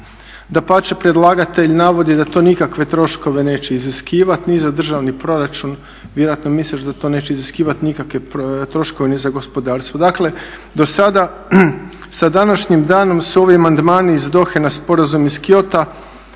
Dapače, predlagatelj navodi da to nikakve troškove neće iziskivati ni za državni proračun, vjerojatno misleći da to neće iziskivati nikakve troškove ni za gospodarstvo. Dakle, do sada sa današnjim danom su ovi amandmani iz Dohe na Sporazum iz Kyota